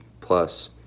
plus